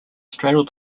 straddle